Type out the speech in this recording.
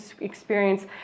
experience